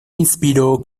inspiró